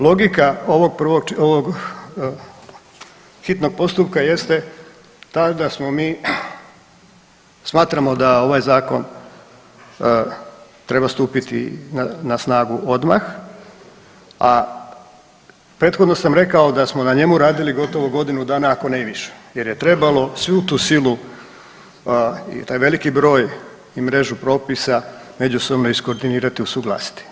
Logika ovog prvog, ovog hitnog postupka jeste ta da smo mi, smatramo da ovaj Zakon treba stupiti na snagu odmah, a prethodno sam rekao da smo na njemu radili gotovo godinu dana, ako ne i više jer je trebalo svu tu silu i taj veliki broj i mrežu propisa međusobno iskoordinirati i usuglasiti.